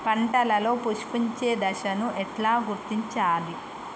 పంటలలో పుష్పించే దశను ఎట్లా గుర్తించాలి?